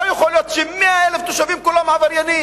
לא יכול להיות ש-100,000 תושבים, כולם עבריינים.